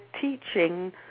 teaching